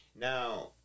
now